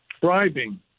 bribing